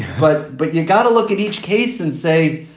but but you got to look at each case and say,